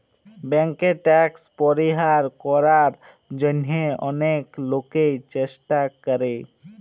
ব্যাংকে ট্যাক্স পরিহার করার জন্যহে অলেক লোকই চেষ্টা করে